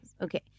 Okay